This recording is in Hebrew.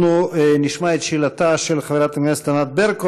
אנחנו נשמע את שאלתה של חברת הכנסת ענת ברקו,